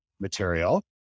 material